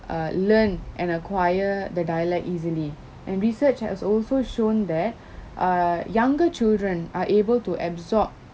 err learn and acquire the dialect easily and research has also shown that err younger children are able to absorb